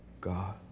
God